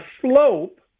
slope